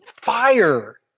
fire